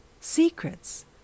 Secrets